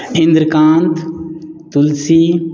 Indrakant Tulsi